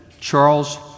Charles